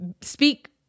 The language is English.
speak